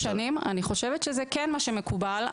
שלוש שנים זה מה שמקובל.